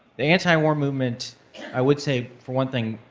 the antiwar movement i would say, for one thing,